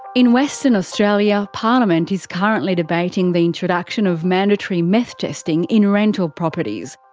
in western australia, parliament is currently debating the introduction of mandatory meth testing in rental properties.